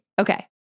Okay